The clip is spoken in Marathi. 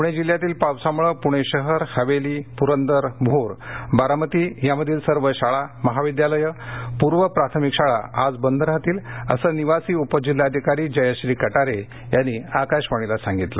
पुणे जिल्ह्यातील पावसामुळे पुणे शहरहवेली पुरंदर भोर बारामती यामधील सर्व शाळा महाविद्यालयं पूर्व प्राथमिक शाळा आज बंद राहतील असं निवासी उप जिल्हाधिकारी जयश्री कटारे यांनी आकाशवाणीला सांगितलं